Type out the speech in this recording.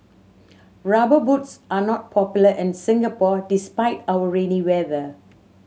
Rubber Boots are not popular in Singapore despite our rainy weather